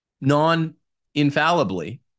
non-infallibly